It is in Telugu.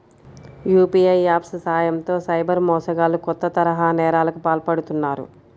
యూ.పీ.ఐ యాప్స్ సాయంతో సైబర్ మోసగాళ్లు కొత్త తరహా నేరాలకు పాల్పడుతున్నారు